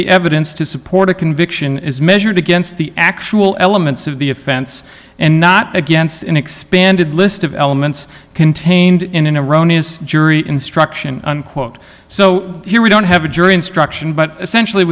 the evidence to support a conviction is measured against the actual elements of the offense and not against an expanded list of elements contained in an iranian jury instruction unquote so here we i don't have a jury instruction but essentially